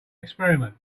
experiment